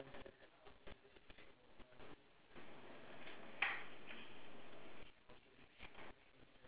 mm